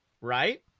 Right